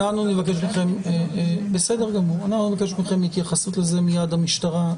אנחנו נבקש מכם התייחסות לזה מייד, המשטרה.